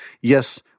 Yes